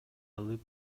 салып